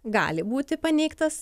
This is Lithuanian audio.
gali būti paneigtas